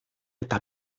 eta